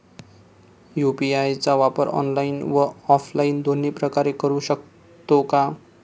UPI चा वापर online व ऑफलाईन दोन्ही प्रकारे करु शकतो का?